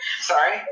Sorry